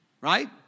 Right